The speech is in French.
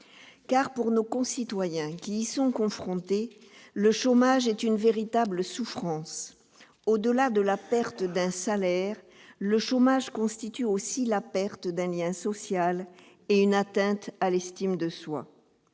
pour nos concitoyens qui y sont confrontés, le chômage est une véritable souffrance : au-delà de la perte d'un salaire, le chômage constitue aussi la perte d'un lien social et une atteinte à l'estime de soi.